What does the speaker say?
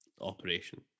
operation